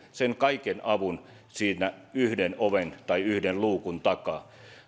sen kaiken avun siinä yhden oven tai yhden luukun takaa